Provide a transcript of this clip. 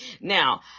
Now